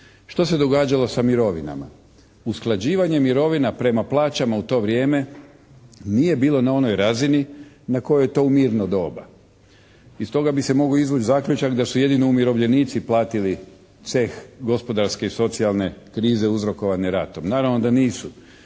Što se događalo sa mirovinama? Usklađivanje mirovina prema plaćama u to vrijeme nije bilo na onoj razini na kojoj je to u mirno doba. Iz toga bi se mogao izvući zaključak da su jedino umirovljenici platili ceh gospodarske i socijalne krize uzrokovane ratom. Naravno da nisu.